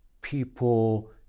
people